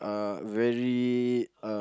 are very um